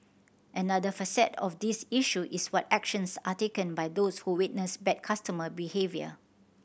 another facet of this issue is what actions are taken by those who witness bad customer behaviour